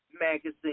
magazine